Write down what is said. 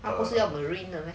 不是要 marine meh